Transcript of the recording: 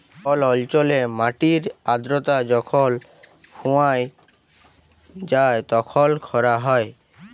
call অল্চলে মাটির আদ্রতা যখল ফুরাঁয় যায় তখল খরা হ্যয়